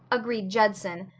agreed judson,